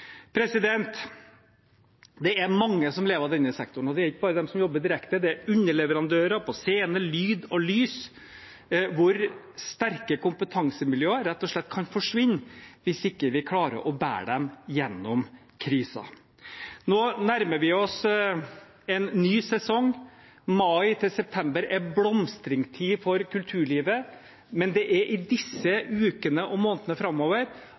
Det er mange som lever av denne sektoren. Det er ikke bare dem som jobber direkte med kulturliv, det er også underleverandører for scene, lyd og lys, hvor sterke kompetansemiljøer kan rett og slett komme til å forsvinne hvis vi ikke klarer å bære dem igjennom krisen. Nå nærmer vi oss en ny sesong. Mai til september er blomstringstid for kulturlivet, men det er i disse ukene og månedene framover